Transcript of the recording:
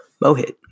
Mohit